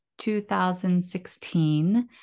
2016